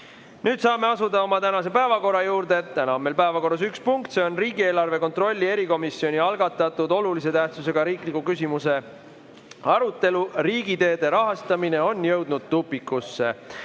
Nüüd saame asuda oma tänase päevakorra juurde. Täna on meil päevakorras üks punkt. See on riigieelarve kontrolli erikomisjoni algatatud olulise tähtsusega riikliku küsimuse "Riigiteede rahastamine on jõudnud tupikusse"